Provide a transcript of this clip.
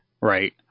Right